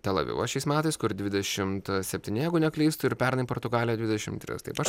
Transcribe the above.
tel avivas šiais metais kur dvidešimt septyni jeigu neklystu ir pernai portugalija dvidešimt tris